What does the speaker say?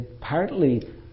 Partly